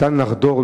ניתן לחדור,